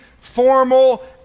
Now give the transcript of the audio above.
formal